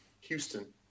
houston